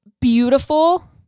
beautiful